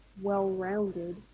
well-rounded